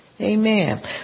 Amen